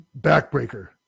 backbreaker